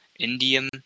indium